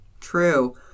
True